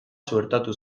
suertatu